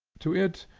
to it,